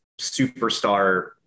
superstar